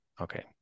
okay